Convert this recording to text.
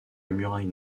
muraille